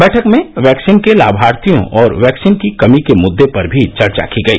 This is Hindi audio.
बैठक में वैक्सीन के लाभार्थियों और वैक्सीन की कमी के मुद्दे पर भी चर्चा की गई